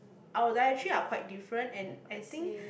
our dietary are quite different and I think